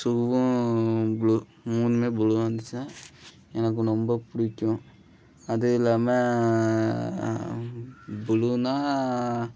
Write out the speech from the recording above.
ஷூவும் blue மூணுமே ப்ளூவாக இருந்துச்சின்னால் எனக்கு ரொம்பப் பிடிக்கும் அது இல்லாமல் புளூன்னால்